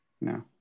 no